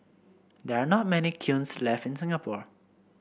there are not many kilns left in Singapore